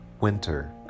winter